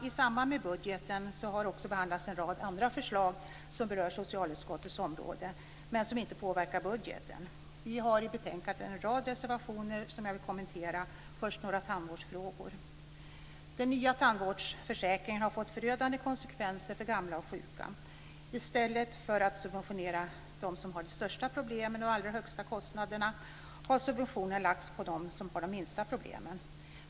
I samband med budgeten har det också behandlats en rad andra förslag som berör socialutskottets område men som inte påverkar budgeten. Vi har i betänkandet en rad reservationer som jag vill kommentera - först några tandvårdsfrågor. Den nya tandvårdsförsäkringen har fått förödande konsekvenser för gamla och sjuka. I stället för att subventionera dem som har de största problemen och de allra högsta kostnaderna har subventioner lagts på dem som har de minsta problemen.